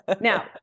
Now